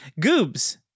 Goobs